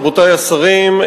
רבותי השרים,